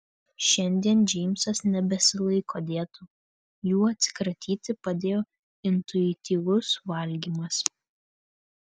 šiandien džeimsas nebesilaiko dietų jų atsikratyti padėjo intuityvus valgymas